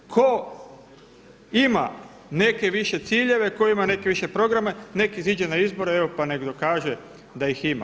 Tko ima neke više ciljeve, tko ima neke više programe nek' iziđe na izbore, evo pa nek' dokaže da ih ima.